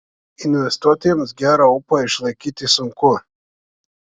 investuotojams gerą ūpą išlaikyti sunku